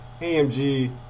AMG